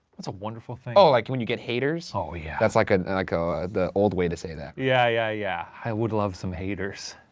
that's a wonderful thing. oh, like when you get haters? oh yeah. that's like ah like ah the old way to say that. yeah, yeah, yeah. i would love some haters.